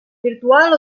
virtual